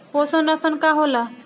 पोषण राशन का होला?